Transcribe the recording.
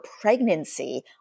pregnancy